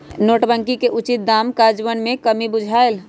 नोटबन्दि के उचित काजन्वयन में कम्मि बुझायल